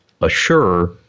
assure